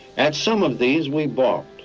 at some of these we've balked.